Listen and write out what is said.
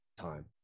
time